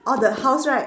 oh the house right